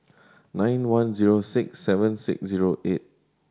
nine one zero six seven six zero eight